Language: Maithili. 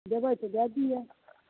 देबै तऽ दए दियौ